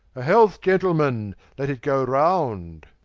a health gentlemen, let it goe round